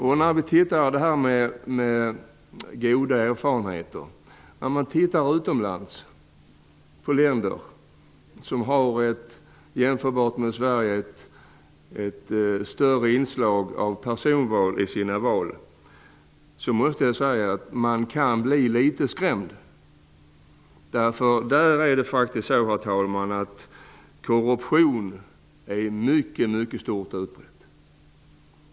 Låt oss titta på hur det är i länder som har ett jämfört med Sverige större inslag av personval i sina valsystem. Jag måste säga att man kan bli litet skrämd. Där är korruptionen, herr talman, mycket utbredd.